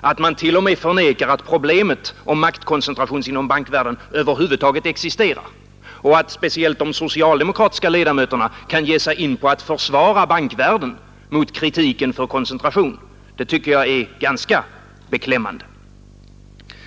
att man t.o.m., förnekar att problemet maktkoncentration inom bankvärlden över huvud taget existerar. Och att de socialdemokratiska ledamöterna kan ge sig in på att försvara bankvärlden mot kritiken för koncentration, det tycker jag är speciellt beklämmande.